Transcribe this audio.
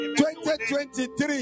2023